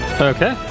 Okay